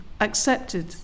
accepted